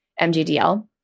MGDL